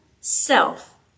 self